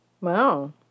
Wow